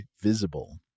Visible